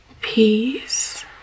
peace